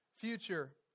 future